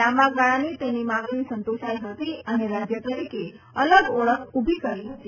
લાંબા ગાળાની તેની માગણી સંતોષાઈ હતી અને રાજ્ય તરીકે અલગ ઓળખ ઉભી કરી હતી